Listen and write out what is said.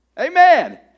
Amen